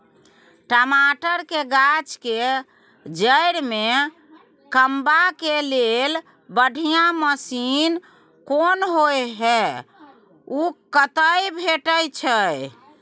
टमाटर के गाछ के जईर में कमबा के लेल बढ़िया मसीन कोन होय है उ कतय भेटय छै?